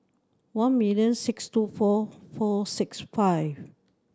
one million six two four four six five